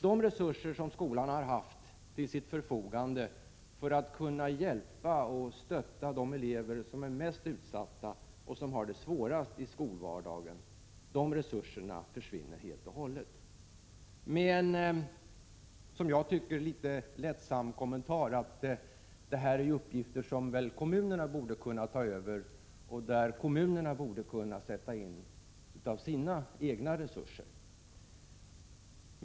De resurser som skolan har haft till sitt förfogande för att kunna hjälpa och stötta de elever som är mest utsatta och som har det svårast i skolvardagen, försvinner helt och hållet. Det sker med en, som jag tycker, litet lättsam kommentar, att kommunerna väl borde kunna ta över dessa uppgifter och sätta in sina egna resurser.